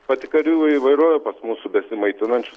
pati karių įvai įvairovė pas mūsų besimaitinančiu